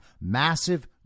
massive